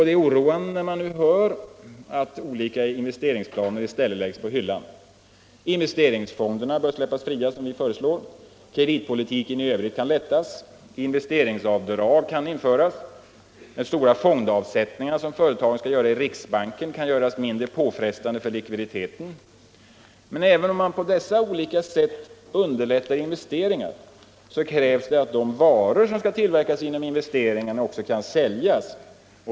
Det är oroande när man nu hör att olika investeringsplaner i stället läggs på hyllan. Investeringsfonderna bör släppas fria, som vi föreslår. Kreditpolitiken i övrigt kan lättas. Investeringsavdrag kan införas. De stora fondavsättningar som företagen skall göra i riksbanken kan göras mindre påfrestande för likviditeten. Men även om man på dessa olika sätt underlättar investeringar krävs det att de varor som skall tillverkas genom investeringarna kan säljas.